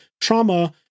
trauma